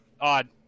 odd